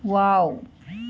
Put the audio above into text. wow